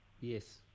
Yes